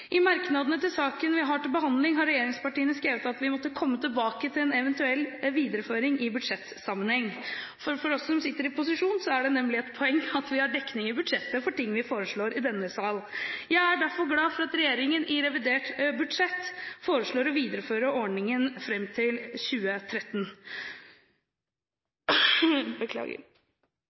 I merknadene til saken vi har til behandling, har regjeringspartiene skrevet at vi måtte komme tilbake til en eventuell videreføring i budsjettsammenheng. For oss som sitter i posisjon, er det nemlig et poeng at det er dekning i budsjettet for ting vi foreslår i denne sal. Jeg er derfor glad for at regjeringen i revidert budsjett foreslår å videreføre ordningen fram til 2013.